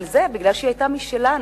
אבל זה מפני שהיא היתה משלנו,